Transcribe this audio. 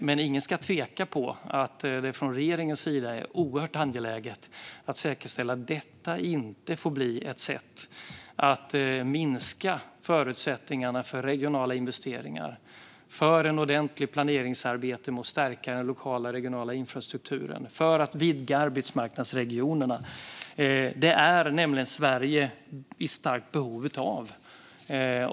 Men ingen ska tvivla på att det från regeringens sida är oerhört angeläget att säkerställa att detta inte får bli ett sätt att minska förutsättningarna för regionala investeringar, för ett ordentligt planeringsarbete med att stärka den lokala och regionala infrastrukturen och för att vidga arbetsmarknadsregionerna. Det är nämligen Sverige i starkt behov av.